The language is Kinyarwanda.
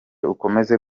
ukomeze